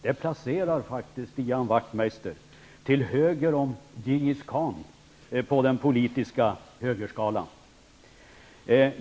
Det placerar faktiskt Ian Wachtmeister till höger om Djingis khan på den politiska skalan.